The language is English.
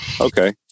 Okay